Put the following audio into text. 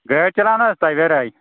گاڑ چلاونہٕ حظ تۄہہِ گرِ آے